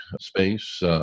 Space